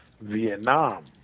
Vietnam